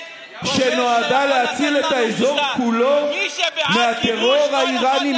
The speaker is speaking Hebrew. שנועדה להציל את האזור כולו מהטרור האיראני?